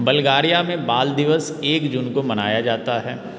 बल्गारिया में बाल दिवस एक जून को मनाया जाता है